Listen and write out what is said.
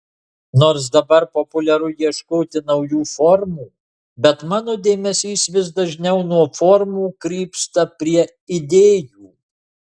nors dabar populiaru ieškoti naujų formų bet mano dėmesys vis dažniau nuo formų krypsta prie idėjų